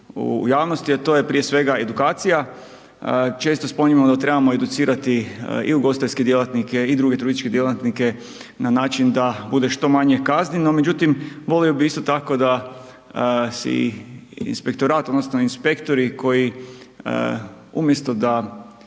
u javnosti a to je prije svega edukacija, često spominjemo da trebamo educirati i ugostiteljske djelatnike i druge turističke djelatnike na način da bude što manje kazni no međutim volio bi isto tako da si inspektorat odnosno inspektori koji umjesto da